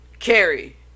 Carrie